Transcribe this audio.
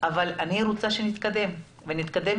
אבל אני רוצה שנתקדם מהר